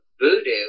voodoo